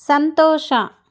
ಸಂತೋಷ